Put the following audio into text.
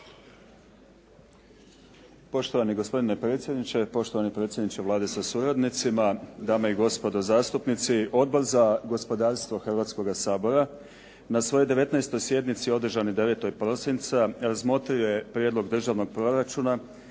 Poštovani gospodine predsjedniče, poštovani predsjedniče Vlade sa suradnicima, dame i gospodo zastupnici. Odbor za gospodarstvo Hrvatskoga sabora na svojoj 19. sjednici održanoj 9. prosinca razmotrio je Prijedlog državnog proračuna